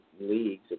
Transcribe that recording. leagues